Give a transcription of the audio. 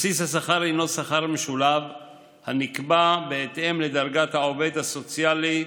בסיס השכר הינו שכר משולב הנקבע בהתאם לדרגת העובד הסוציאלי,